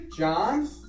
John